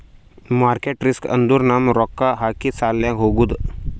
market risk ಅಂದುರ್ ನಮ್ ರೊಕ್ಕಾ ಹಾಕಿ ಲಾಸ್ನಾಗ್ ಹೋಗದ್